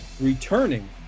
returning